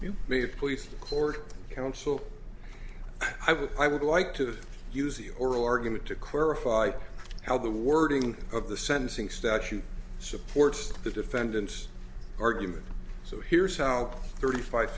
the police court counsel i would i would like to use the oral argument to clarify how the wording of the sentencing statute supports the defendant's argument so here's how thirty five